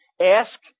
Ask